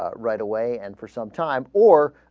ah right away and for some time or